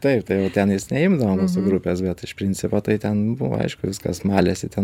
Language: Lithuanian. taip tai jau ten jis neimdavo mūsų grupės bet iš principo tai ten buvo aišku viskas malėsi ten